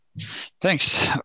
Thanks